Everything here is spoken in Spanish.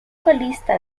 colista